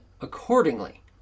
accordingly